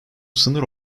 sınır